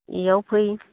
बेयाव फै